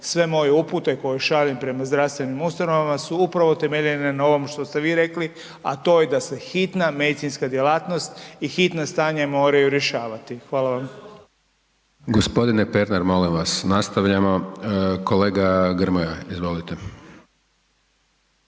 Sve moje upute koje šaljem prema zdravstvenim ustanovama su upravo temeljene na ovom što ste vi rekli, a to je da se hitna medicinska djelatnosti i hitna stanja moraju rješavati. Hvala vam.